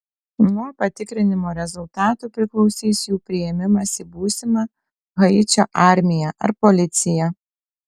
nuo patikrinimo rezultatų priklausys jų priėmimas į būsimą haičio armiją ar policiją